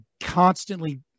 constantly